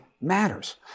matters